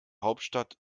hauptstadt